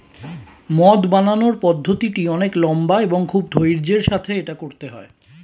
মদ বানানোর পদ্ধতিটি অনেক লম্বা এবং খুব ধৈর্য্যের সাথে এটা করতে হয়